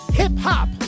hip-hop